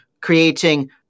creating